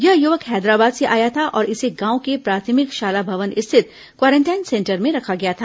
यह युवक हैदराबाद से आया था और इसे गांव के प्राथमिक शाला भवन स्थित क्वारेंटाइन सेंटर में रखा गया था